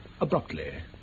abruptly